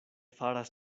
faras